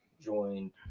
joined